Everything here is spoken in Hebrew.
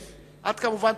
כמובן,